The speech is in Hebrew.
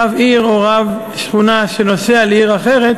רב עיר או רב שכונה שנוסע לעיר אחרת